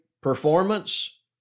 performance